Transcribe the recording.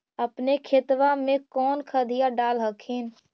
अपने खेतबा मे कौन खदिया डाल हखिन?